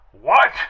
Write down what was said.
What